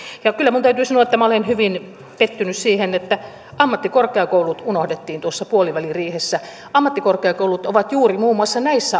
kyllä minun täytyy sanoa että olen hyvin pettynyt siihen että ammattikorkeakoulut unohdettiin puoliväliriihessä ammattikorkeakoulut ovat juuri muun muassa näissä